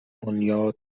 بنیاد